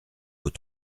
aux